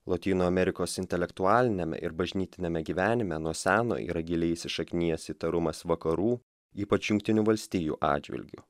lotynų amerikos intelektualiniame ir bažnytiniame gyvenime nuo seno yra giliai įsišaknijęs įtarumas vakarų ypač jungtinių valstijų atžvilgiu